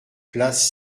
place